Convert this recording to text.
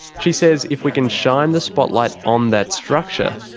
she says if we can shine the spotlight on that structure,